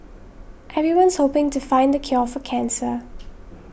everyone's hoping to find the cure for cancer